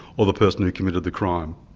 or the person who committed the crime?